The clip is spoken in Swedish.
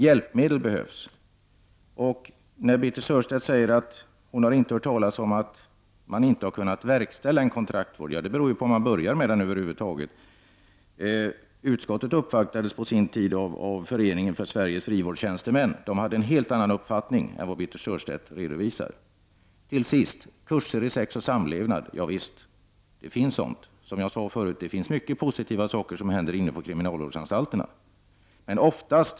Hjälpmedel behövs också. Birthe Sörestedt säger att hon inte har hört talas om att kontraktsvård inte har kunnat verkställas. Ja, det beror på om den över huvud taget har påbörjats. Utskottet uppvaktades på sin tid av föreningen för Sveriges frivårdstjänstemän, och de hade en helt annan uppfattning än den Birthe Sörestedt redovisar. Ja, det finns kurser i sex och samlevnad, och det händer mycket positiva saker inne på kriminalvårdsanstalterna, som jag sade förut.